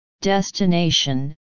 destination